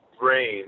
brain